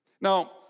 Now